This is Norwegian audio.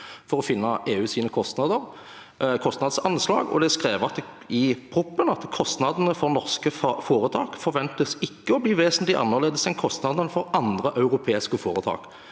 for å finne EUs kostnadsanslag. Det er skrevet i proposisjonen: «Kostnadene for norske foretak forventes ikke å bli vesentlig annerledes enn kostnadene for andre europeiske foretak.»